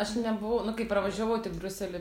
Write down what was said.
aš nebuvau nu kaip pravažiavau tik briuselį